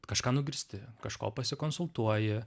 kažką nugirsti kažko pasikonsultuoji